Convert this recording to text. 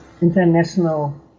international